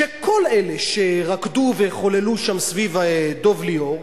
שכל אלה שרקדו וחוללו שם סביב דב ליאור,